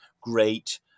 great